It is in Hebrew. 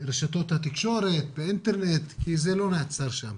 ברשתות התקשורת, באינטרנט, כי זה לא נעצר שם.